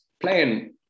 playing